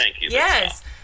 Yes